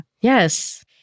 yes